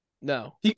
No